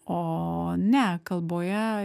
o ne kalboje